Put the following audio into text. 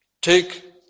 Take